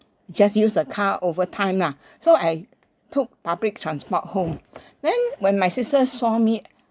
just use the car over time lah so I took public transport home then when my sister saw me